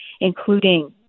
including